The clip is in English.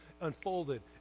unfolded